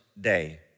day